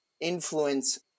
influence